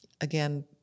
Again